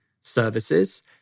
services